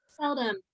seldom